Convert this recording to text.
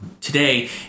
today